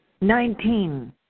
Nineteen